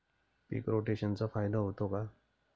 पीक रोटेशनचा फायदा होतो का?